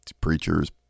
preachers